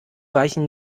weichen